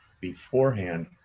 beforehand